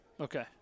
Okay